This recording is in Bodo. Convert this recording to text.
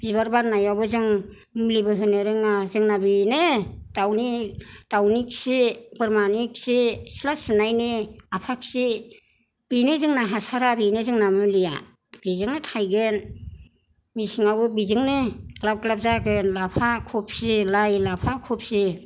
बिबार बारनायावबो जों मुलिबो होनो रोङा जोंना बेनो दाउनि दाउनि खि बोरमानि खि सिथ्ला सिबनायनि आफाखि बेनो जोंना हासारा बेनो जोंना मुलिया बेजोंनो थायगोन मेसेङावबो बेजोंनो ग्लाब ग्लाब जागोन लाफा खफि लाइ लाफा खफि